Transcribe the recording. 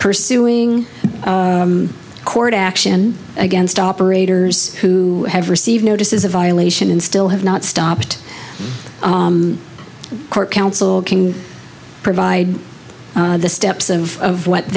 pursuing court action against operators who have received notice is a violation and still have not stopped the court counsel can provide the steps of what